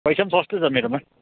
पैसा नि सस्तो छ मेरोमा